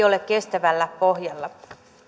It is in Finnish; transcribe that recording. ole kestävällä pohjalla